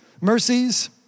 mercies